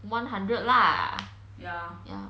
one hundred lah ya